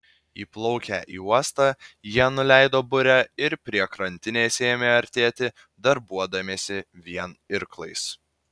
įplaukę į uostą jie nuleido burę ir prie krantinės ėmė artėti darbuodamiesi vien irklais